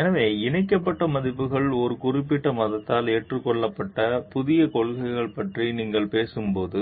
எனவே இணைக்கப்பட்ட மதிப்புகள் ஒரு குறிப்பிட்ட மதத்தால் ஏற்றுக்கொள்ளப்பட்ட முக்கிய கொள்கைகள் பற்றி நீங்கள் பேசும்போது